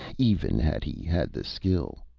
even had he had the skill.